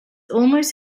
almost